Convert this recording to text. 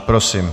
Prosím.